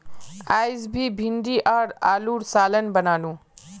अयेज मी भिंडी आर आलूर सालं बनानु